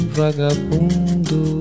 vagabundo